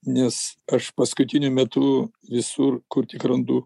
nes aš paskutiniu metu visur kur tik randu